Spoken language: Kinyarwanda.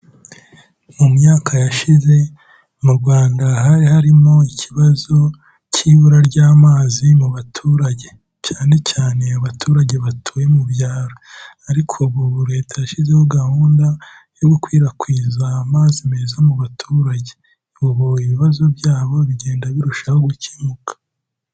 Mu myaka yashize mu Rwanda hari harimo ikibazo cy'ibura ry'amazi mu baturage cyane cyane abaturage batuye mu byaro, ariko ubu Leta yashyizeho gahunda yo gukwirakwiza amazi meza mu baturage, ubu ibibazo byabo bigenda birushaho gukemuka.